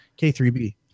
K3B